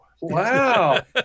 Wow